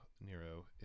Nero